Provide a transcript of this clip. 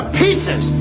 pieces